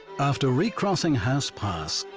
after recrossing howse pass,